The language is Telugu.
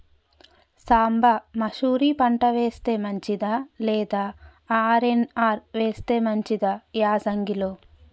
సాంబ మషూరి పంట వేస్తే మంచిదా లేదా ఆర్.ఎన్.ఆర్ వేస్తే మంచిదా యాసంగి లో?